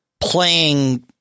playing